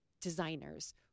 designers